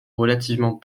relativement